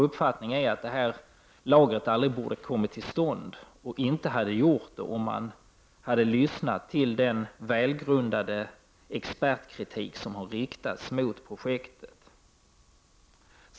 Detta lager borde aldrig ha kommit till stånd, och det hade inte gjort det om man hade lyssnat till den välgrundade expertkritik som har riktats mot projektet.